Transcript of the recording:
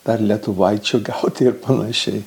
dar lietuvaičių gauti ir panašiai